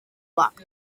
block